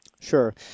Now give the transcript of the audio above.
Sure